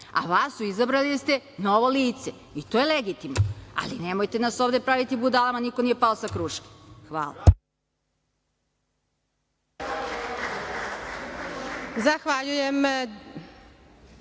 a vas su izabrali jer ste novo lice i to je legitimno, ali nemojte nas ovde praviti budala, niko nije pao sa kruške. Hvala.